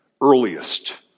earliest